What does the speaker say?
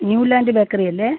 Newland bakery അല്ലേ